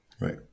Right